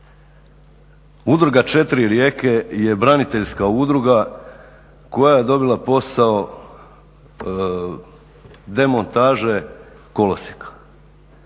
Udruga četiri rijeke je braniteljska udruga koja je dobila posao demontaže kolosijeka.